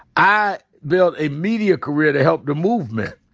i built a media career to help the movement.